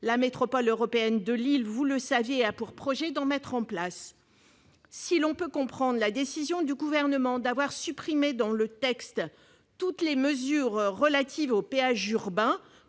La métropole européenne de Lille- vous le savez -a pour projet d'en mettre un en place. Si l'on peut comprendre la décision du Gouvernement de supprimer dans le texte toutes les mesures relatives aux péages urbains,